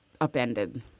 upended